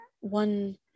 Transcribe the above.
one